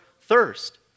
thirst